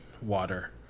water